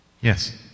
Yes